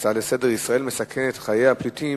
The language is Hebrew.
הצעה שמספרה 1723